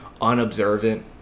unobservant